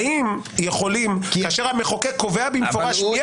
האם יכולים כאשר המחוקק קובע במפורש מי